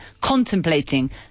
contemplating